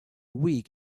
weak